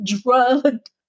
drugged